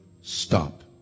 stop